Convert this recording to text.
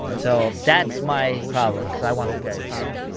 so that's my problem, cause i wan the fairy tale